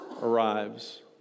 arrives